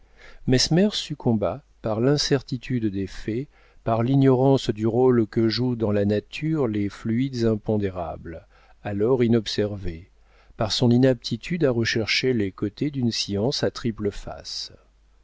mesmer succomba par l'incertitude des faits par l'ignorance du rôle que jouent dans la nature les fluides impondérables alors inobservés par son inaptitude à rechercher les côtés d'une science à triple face